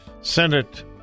Senate